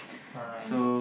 alright